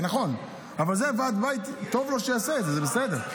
נכון, ועד בית טוב שיעשה את זה זה בסדר,